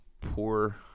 poor